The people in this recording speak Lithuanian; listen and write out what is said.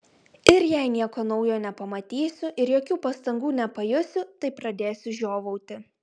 ir jei nieko naujo nepamatysiu ir jokių pastangų nepajusiu tai pradėsiu žiovauti